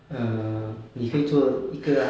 uh 你可以做一个啊